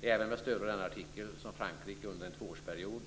Det är även med stöd av denna artikel som Frankrike under en tvåårsperiod